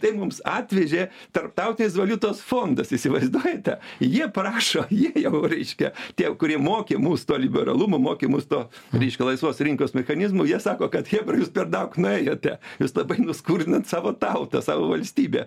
tai mums atvežė tarptautinis valiutos fondas įsivaizduojate jie prašo jeigu jau reiškia tie kurie mokė mus to liberalumo mokė mus to visiškai laisvos rinkos mechanizmo jie sako kad chebra jūs per daug nuėjote jūs labai nuskurdinot savo tautą savo valstybę